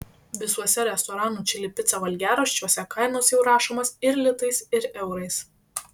visuose restoranų čili pica valgiaraščiuose kainos jau rašomos ir litais ir eurais